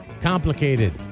complicated